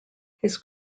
his